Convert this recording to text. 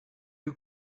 you